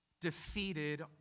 defeated